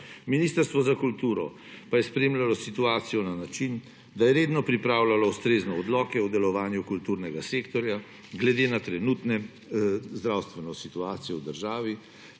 Ministrstvo za kulturo pa je spremljalo situacijo na način, da je redno pripravljalo ustrezne odloke o delovanju kulturnega sektorja glede na trenutno zdravstveno situacijo v državi